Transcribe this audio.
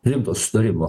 rimto susitarimo